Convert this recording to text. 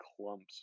clumps